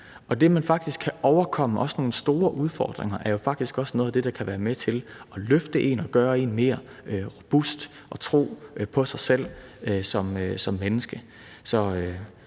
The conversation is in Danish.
og det, at man faktisk kan overkomme nogle store udfordringer, er jo faktisk også noget af det, der kan være med til at løfte en og gøre en mere robust og give en tro på sig selv som menneske.